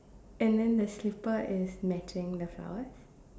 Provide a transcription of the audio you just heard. and then the slipper is matching the flowers